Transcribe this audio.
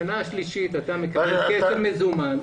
בשנה השלישית אתה מקבל כסף מזומן.